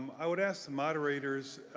i would ask the moderators,